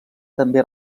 també